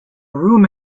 room